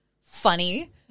funny